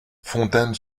fontaine